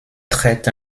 traite